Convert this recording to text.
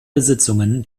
besitzungen